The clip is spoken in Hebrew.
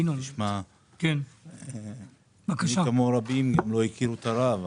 אני כמו רבים, לא הכיר את הרב.